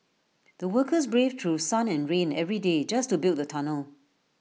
the workers braved through sun and rain every day just to build the tunnel